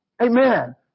Amen